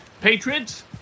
Patriots